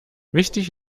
wichtig